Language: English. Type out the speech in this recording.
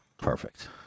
Perfect